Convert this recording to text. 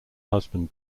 husband